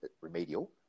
remedial